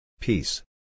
Peace